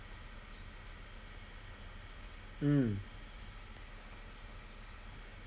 mm